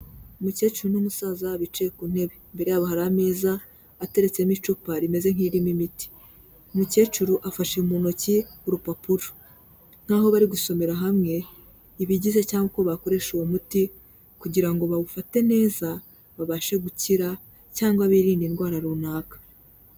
Umukecuru n'umusaza bicaye ku ntebe, imbere yabo hari ameza ateretsemo icupa rimeze nk'iririmo imiti. Umukecuru afashe mu ntoki urupapuro nkaho bari gusomera hamwe ibigize cyangwa uko bakoresha uwo muti kugira ngo bawufate neza, babashe gukira cyangwa birinde indwara runaka.